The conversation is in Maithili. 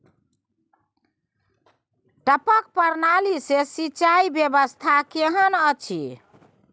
टपक प्रणाली से सिंचाई व्यवस्था केहन अछि?